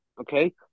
Okay